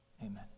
amen